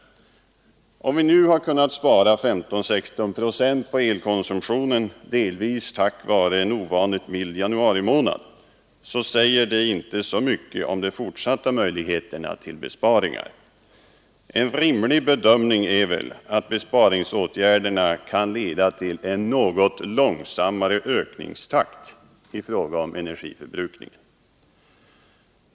Om vi nu har kunnat spara 15—16 procent på elkonsumtionen, delvis tack vare en ovanligt mild januarimånad, så säger det inte så mycket om de fortsatta möjligheterna till besparingar. En rimlig bedömning är väl att besparingsåtgärderna kan leda till en något långsammare ökningstakt i fråga om energiförbrukning.